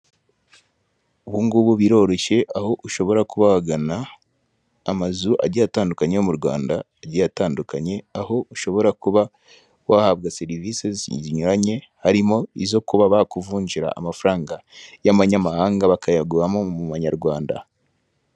Ubu ngubu biroroshye, aho ushobora kuba wagana amazu agiye atandukanye yo mu Rwanda agiye atandukanye, aho ushobora kuba wahabwa serivisi zinyuranye, harimo izo kuba bakuvunjira amafaranga y'amanyamahanga bakayaguhamo mu manyarwanda.